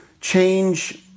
change